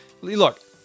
look